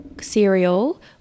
cereal